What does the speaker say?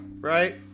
Right